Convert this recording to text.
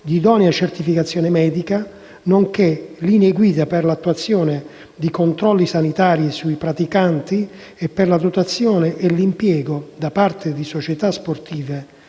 di idonea certificazione medica, nonché linee guida per l'effettuazione di controlli sanitari sui praticanti e per la dotazione e l'impiego, da parte di società sportive